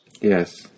Yes